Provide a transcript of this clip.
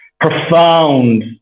profound